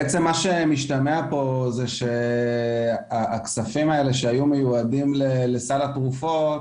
בעצם מה שמשתמע פה זה שהכספים האלה שהיו מיועדים לסל התרופות,